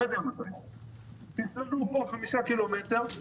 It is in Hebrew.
תסללו פה חמישה קילומטר,